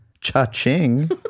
Cha-ching